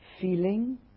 feeling